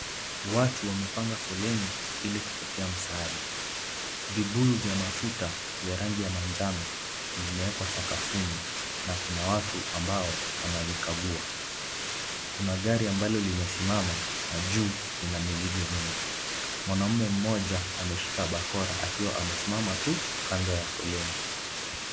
Watu wamepanga foleni ili kupokea msaada, vibuyu vya mafuta vya rangi ya manjano zimewekwa sakafuni na kuna watu ambao wanavikagua, kuna gari ambalo limesimama na juu lina mizigo mingi, mwanamume mmoja ameshika bakora akiwa amesimama tu kando ya foleni.